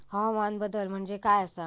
हवामान बदल म्हणजे काय आसा?